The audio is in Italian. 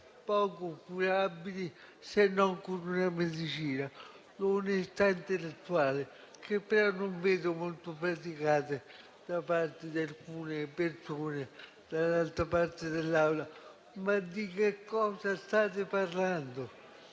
poco curabili se non con una medicina: l'onestà intellettuale che però non vedo molto praticata da parte di alcune persone dall'altra parte dell'emiciclo. Ma di che cosa state parlando?